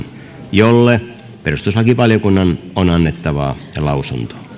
jolle perustuslakivaliokunnan on annettava lausunto